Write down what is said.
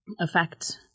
affect